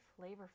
flavorful